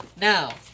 Now